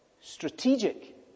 strategic